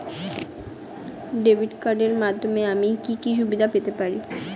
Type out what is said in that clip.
Debit কার্ডের মাধ্যমে আমি কি কি সুবিধা পেতে পারি?